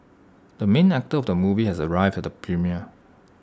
the main actor of the movie has arrived at the premiere